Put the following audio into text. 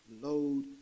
load